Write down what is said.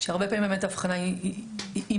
שהרבה פעמים באמת ההבחנה היא מלאכותית.